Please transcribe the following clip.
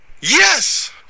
Yes